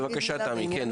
בבקשה, תמי סלע.